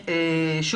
קשישים.